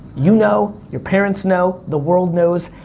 you know, your parents know, the world knows,